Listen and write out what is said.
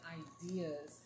ideas